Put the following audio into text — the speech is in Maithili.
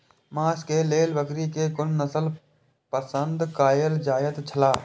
मांस के लेल बकरी के कुन नस्ल पसंद कायल जायत छला?